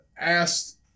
asked